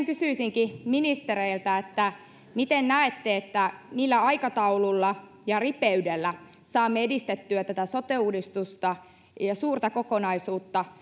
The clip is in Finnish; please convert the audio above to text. kysyisinkin ministereiltä että miten näette millä aikataululla ja ripeydellä saamme edistettyä tätä sote uudistusta ja ja suurta kokonaisuutta